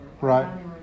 Right